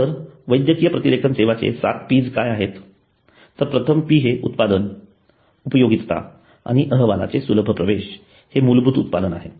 तर वैद्यकीय प्रतिलेखन सेवांचे 7Ps काय आहेत तर प्रथम P हे उत्पादन उपयोगिता आणि अहवालांचे सुलभ प्रवेश हे मूलभूत उत्पादन आहे